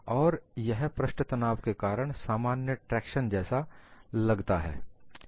और यह पृष्ठ तनाव के कारण सामान्य ट्रेक्शन जैसा लगता है